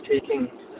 taking